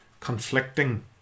conflicting